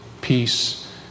peace